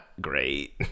great